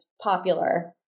popular